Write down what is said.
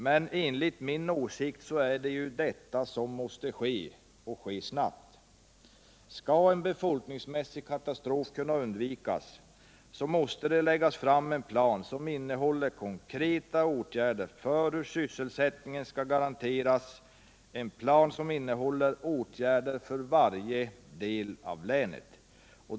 Men enligt min åsikt är det detta som måste ske, och ske snabbt. Skall en befolkningsmässig katastrof kunna undvikas måste det läggas fram en plan som innehåller konkreta åtgärder för hur sysselsättningen skall garanteras, en plan som innehåller åtgärder för varje del av länet.